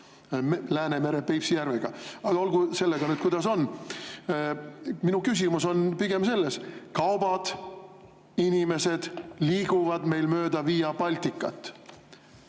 Läänemere Peipsi järvega. Aga olgu sellega, kuidas on. Mu küsimus on pigem selles. Kaubad ja inimesed liiguvad meil mööda Via Balticat.